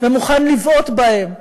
ומוכן לבעוט בהם,